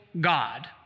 God